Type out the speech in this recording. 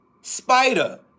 Spider